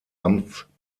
amtszeiten